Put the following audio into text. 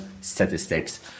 statistics